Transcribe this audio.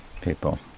people